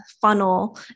funnel